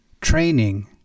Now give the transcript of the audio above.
training